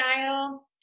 style